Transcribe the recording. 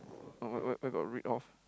no where where where got read off